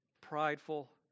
prideful